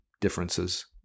differences